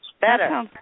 Better